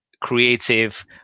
creative